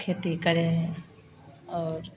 खेती करें और